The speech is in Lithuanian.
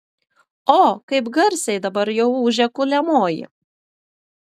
o kaip garsiai dabar jau ūžia kuliamoji